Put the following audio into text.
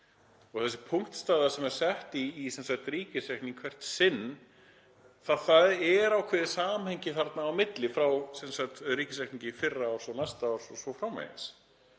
Þessi punktstaða sem er sett í ríkisreikning hvert sinn, það er ákveðið samhengi þarna á milli, frá ríkisreikningi í fyrra og svo næsta árs o.s.frv.